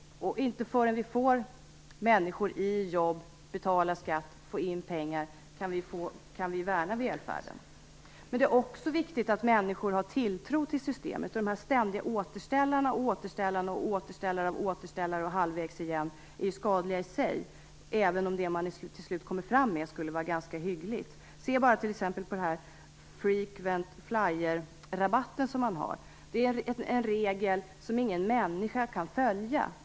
Inte förrän vi får människor i jobb, de betalar in skatt, staten får in pengar kan vi värna välfärden. Men det är också viktigt att människor har tilltro till systemet. De ständiga återställarna och återställare av återställare är skadliga i sig även om det man till slut kommer fram med skulle vara ganska hyggligt. Se bara t.ex. på frequent flyer-rabatten. Det är en regel som ingen människa kan följa.